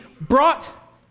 brought